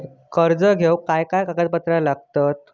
कर्ज घेऊक काय काय कागदपत्र लागतली?